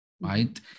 right